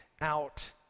out